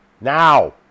Now